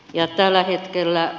ja tällä hetkellä